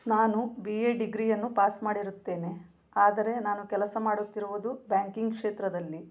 ನಾನು B A ಡಿಗ್ರಿಯನ್ನು pass ಮಾಡಿರುತ್ತೇನೆ ಆದರೆ ನಾನು ಕೆಲಸ ಮಾಡುತ್ತಿರುವುದು ಬ್ಯಾಂಕಿಂಗ್ ಕ್ಷೇತ್ರದಲ್ಲಿ